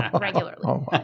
regularly